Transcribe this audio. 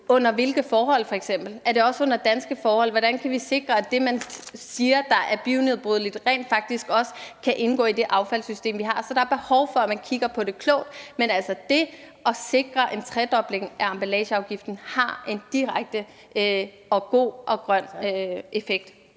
Under hvilke forhold f.eks.? Er det også under danske forhold? Hvordan kan vi sikre, at det, man siger er bionedbrydeligt, rent faktisk også kan indgå i det affaldssystem, vi har? Så der er behov for, at man kigger på det klogt. Men det at sikre en tredobling af emballageafgiften har en direkte og god og grøn effekt.